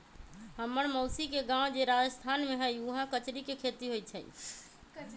हम्मर मउसी के गाव जे राजस्थान में हई उहाँ कचरी के खेती होई छई